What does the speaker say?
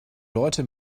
leute